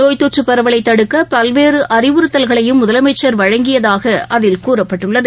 நோய் தொற்று பரவலை தடுக்க பல்வேறு அறிவுறுத்தல்களையும் முதலமைச்சர் வழங்கியதாக அதில் கூறப்பட்டுள்ளது